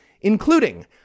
including